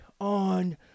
on